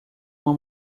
uma